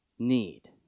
need